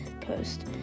post